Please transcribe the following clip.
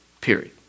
Period